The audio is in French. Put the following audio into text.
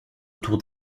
autour